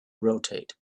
rotate